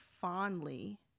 fondly